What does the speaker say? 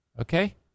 okay